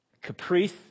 caprice